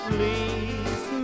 Please